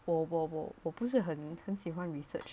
我我我我不是很很喜欢 research